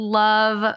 love